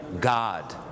God